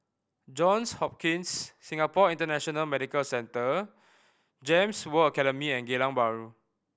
Johns Hopkins Singapore International Medical Centre GEMS World Academy and Geylang Bahru